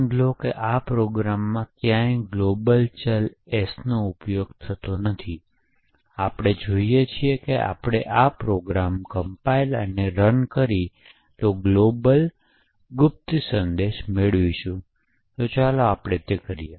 નોંધ લો કે આ પ્રોગ્રામમાં ક્યાંય ગ્લોબલ ચલ s નો ઉપયોગ થતો નથી આપણે જોઈએ છીએ કે જ્યારે આપણે આ પ્રોગ્રામ કમ્પાઇલ અને રન કરી તો ગ્લોબલ ગુપ્ત સંદેશ મેળવશુ તો ચાલો આપણે તે કરીએ